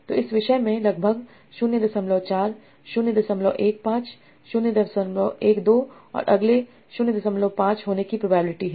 तो इस विषय में लगभग 04 015 012 और अगले 05 होने की प्रोबेबिलिटी है